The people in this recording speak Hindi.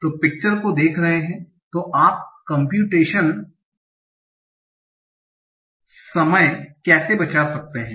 तो पिक्चर को देख रहे हैं तो आप कंप्यूटेशन समय कैसे बचा सकते हैं